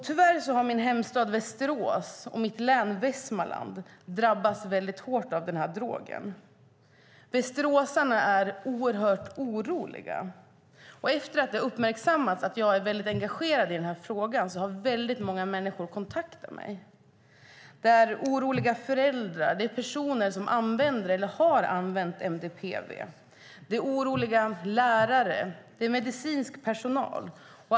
Tyvärr har min hemstad Västerås och mitt hemlän Västmanland drabbats hårt av drogen. Västeråsarna är oerhört oroliga, och efter att det har uppmärksammats att jag är väldigt engagerad i denna fråga har många människor kontaktat mig. Det är oroliga föräldrar. Det är personer som använder eller har använt MDPV. Det är oroliga lärare. Det är medicinsk personal.